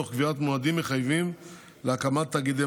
תוך קביעת מועדים מחייבים להקמת תאגידי